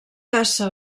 caça